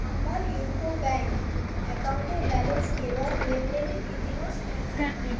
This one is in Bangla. আমার ইউকো ব্যাঙ্ক অ্যাকাউন্টের ব্যালেন্স এবং লেনদেনের ইতিহাস দেখান